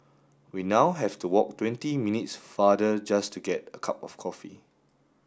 we now have to walk twenty minutes farther just to get a cup of coffee